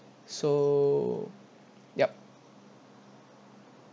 so yup